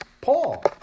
Paul